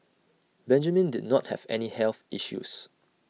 Benjamin did not have any health issues